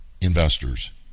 investors